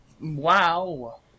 wow